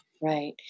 right